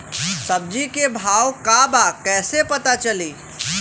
सब्जी के भाव का बा कैसे पता चली?